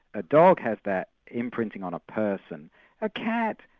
a dog has that imprinting on a person a cat,